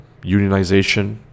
unionization